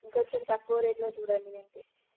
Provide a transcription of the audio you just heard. ఇంకొంచెం తక్కువ రేట్లో చూడండి ఇక అంతే